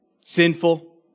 sinful